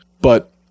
but-